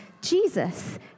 Jesus